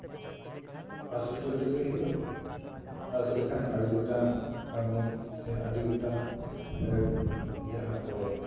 ᱯᱟᱥ ᱦᱚᱪᱚ ᱛᱮᱜᱮ ᱦᱩᱭᱩᱜᱼᱟ ᱯᱟᱥ ᱞᱮᱠᱷᱟᱱ ᱟᱹᱰᱤ ᱜᱚᱴᱟᱝ ᱠᱟᱹᱢᱤ ᱥᱮ ᱟᱹᱰᱤ ᱜᱚᱴᱟᱝ ᱡᱟᱦᱟᱸ ᱠᱚ